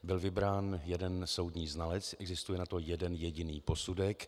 Byl vybrán jeden soudní znalec, existuje na to jeden jediný posudek.